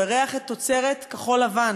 הוא אירח את תוצרת כחול-לבן.